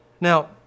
Now